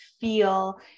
feel